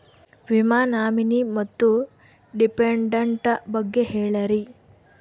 ವಿಮಾ ನಾಮಿನಿ ಮತ್ತು ಡಿಪೆಂಡಂಟ ಬಗ್ಗೆ ಹೇಳರಿ?